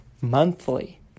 Monthly